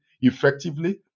effectively